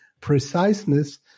preciseness